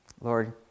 Lord